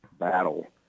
battle